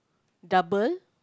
double